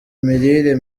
imirire